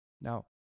Now